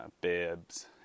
bibs